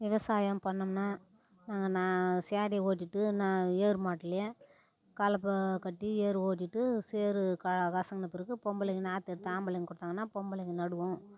விவசாயம் பண்ணிணோம்னா நாங்கள் நான் சேடையை ஓட்டிகிட்டு நான் ஏர் மாட்டில் கலப்பை கட்டி ஏர் ஓட்டிகிட்டு சேறு க கசங்கின பிறகு பொம்பளைங்க நாற்று எடுத்து ஆம்பளைங்க கொடுத்தாங்கன்னா பொம்பளைங்க நடுவோம்